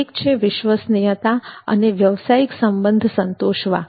એક છે વિશ્વસનીયતા અને વ્યવસાયિક સંબંધો સંતોષવા